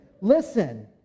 Listen